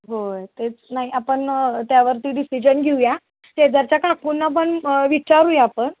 होय तेच नाही आपण त्यावरती डिसिजन घेऊया शेजारच्या काकूंना पण विचारूया आपण